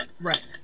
Right